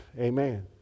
Amen